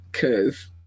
cause